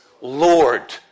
Lord